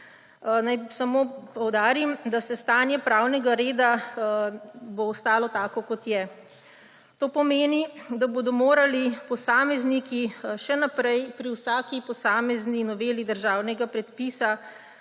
naj samo poudarim, da bo stanje pravnega reda ostalo tako, kot je. To pomeni, da bodo morali posamezniki še naprej pri vsaki posamezni noveli državnega predpisa